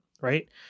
Right